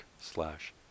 slash